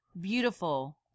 beautiful